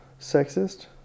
sexist